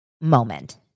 moment